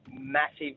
massive